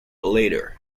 later